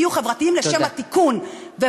תהיו חברתיים לשם התיקון.